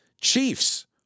Chiefs